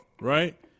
right